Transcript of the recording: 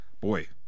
boy